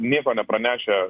nieko nepranešę